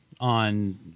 on –